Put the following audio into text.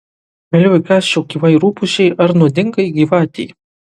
mieliau įkąsčiau gyvai rupūžei ar nuodingai gyvatei